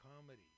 comedy